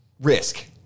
risk